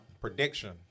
prediction